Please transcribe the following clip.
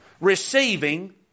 receiving